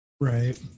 Right